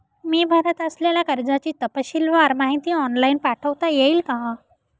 मी भरत असलेल्या कर्जाची तपशीलवार माहिती ऑनलाइन पाठवता येईल का?